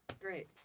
Great